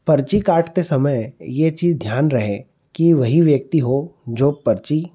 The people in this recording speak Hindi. पर्ची काटते समय ये चीज ध्यान रहे कि वही व्यक्ति हो जो पर्ची